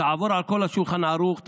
תעבור על כל השולחן ערוך,